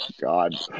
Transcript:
God